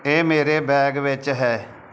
ਇਹ ਮੇਰੇ ਬੈਗ ਵਿੱਚ ਹੈ